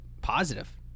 Positive